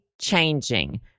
changing